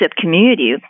community